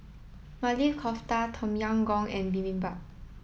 Maili Kofta Tom Yam Goong and Bibimbap